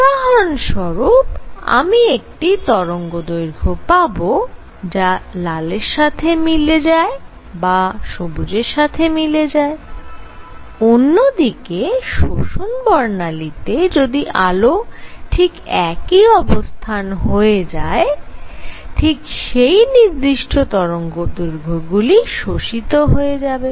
উদাহরণ স্বরূপ আমি একটি তরঙ্গদৈর্ঘ্য পাবো যা লালের সাথে মিলে যায় বা সবুজের সাথে মিলে যায় অন্য দিকে শোষণ বর্ণালী তে যদি আলো ঠিক একই অবস্থান হয়ে যায় ঠিক সেই নির্দিষ্ট তরঙ্গদৈর্ঘ্যগুলি শোষিত হয়ে যায়